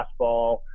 fastball